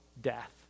death